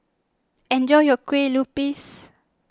enjoy your Kue Lupis